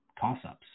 toss-ups